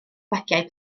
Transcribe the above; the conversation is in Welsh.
bagiau